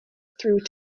through